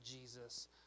Jesus